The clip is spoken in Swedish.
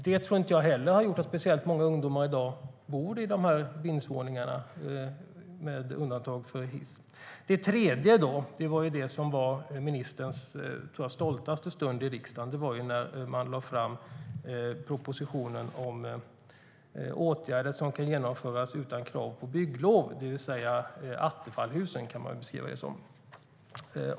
Jag tror inte att det har medfört att speciellt många ungdomar bor i vindsvåningarna som undantas från hiss. Det tredje tror jag var ministerns stoltaste stund i riksdagen, nämligen när man lade fram propositionen Nya åtgärder som kan genomföras utan krav på bygglov, det vill säga propositionen om Attefallshusen.